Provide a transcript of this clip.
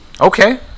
Okay